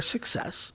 Success